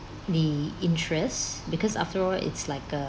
the interest because after all it's like a